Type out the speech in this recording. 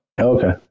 Okay